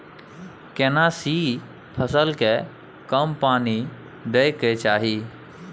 केना सी फसल के कम पानी दैय के चाही?